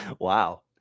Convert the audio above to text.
Wow